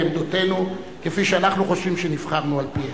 עמדותינו כפי שאנחנו חושבים שנבחרנו על-פיהן.